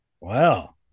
Wow